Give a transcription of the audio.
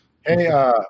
Hey